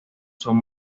son